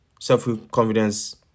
self-confidence